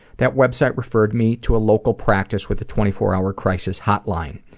that website referred me to a local practice with a twenty four hour crisis hotline.